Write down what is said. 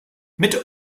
mit